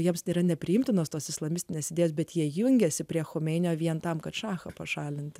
jiems yra nepriimtinos tos islamistines idėjas bet jie jungiasi prie chomeinio vien tam kad šachą pašalinti